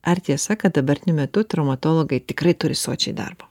ar tiesa kad dabartiniu metu traumatologai tikrai turi sočiai darbo